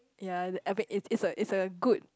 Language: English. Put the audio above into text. ya the I mean it's it's a it's a good